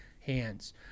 hands